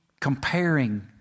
comparing